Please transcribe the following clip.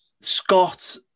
Scott